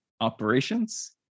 operations